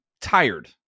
tired